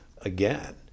again